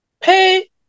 pay